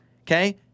okay